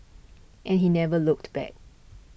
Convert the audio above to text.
and he never looked back